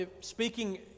speaking